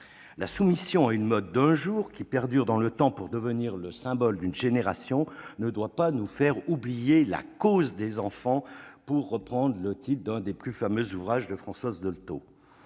La soumission à une mode d'un jour qui perdure dans le temps pour devenir le symbole d'une génération ne doit pas nous faire oublier « la cause des enfants », pour reprendre le titre d'un des plus fameux ouvrages de Françoise Dolto.